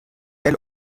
elle